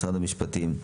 משרד המשפטים,